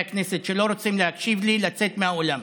הכנסת שלא רוצים להקשיב לי לצאת מהאולם.